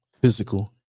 physical